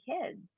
kids